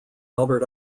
albert